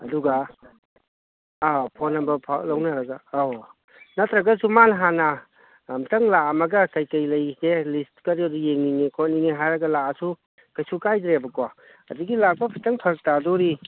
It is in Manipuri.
ꯑꯗꯨꯒ ꯑꯥ ꯐꯣꯟ ꯅꯝꯕꯔ ꯂꯧꯅꯔꯒ ꯑꯧ ꯅꯠꯇ꯭ꯔꯒꯁꯨ ꯃꯥꯅ ꯍꯥꯟꯅ ꯑꯝꯇꯪ ꯂꯥꯛꯑꯝꯃꯒ ꯀꯩꯀꯩ ꯂꯩꯔꯤꯒꯦ ꯂꯤꯁꯀꯗꯣ ꯌꯦꯡꯅꯤꯡꯉꯦ ꯈꯣꯠꯅꯤꯡꯉꯦ ꯍꯥꯏꯔꯒ ꯂꯥꯛꯑꯁꯨ ꯀꯩꯁꯨ ꯀꯥꯏꯗ꯭ꯔꯦꯕꯀꯣ ꯑꯗꯒꯤ ꯂꯥꯛꯄ ꯈꯤꯇꯪ ꯐꯔꯛꯇꯥꯗꯧꯔꯤ